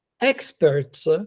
experts